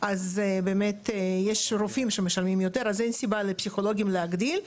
ויש רופאים שמשלמים יותר אז אין סיבה לפסיכולוגים להגדיל.